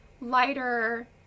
lighter